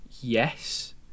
yes